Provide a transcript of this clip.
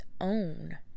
own